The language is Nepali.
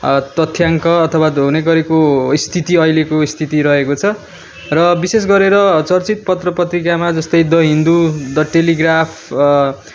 तथ्याङ्क अथवा हुने गरेको स्थिति अहिलेको स्थिति रहेको छ र विशेष गरेर चर्चित पत्र पत्रिकामा जस्तै द हिन्दू द टेलिग्राफ